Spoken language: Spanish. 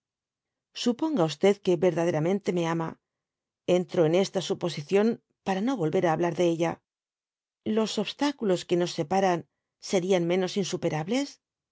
suponga que yerdaderamente me ama en tro en esta suposición para no volyer á hablar de ella los obstáculos que nos separan serian mdnos insuperables